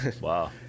Wow